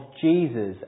Jesus